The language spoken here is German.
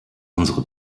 unsere